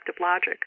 logic